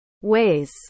Ways